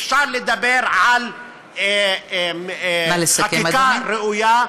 אפשר לדבר על חקיקה ראויה.